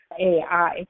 AI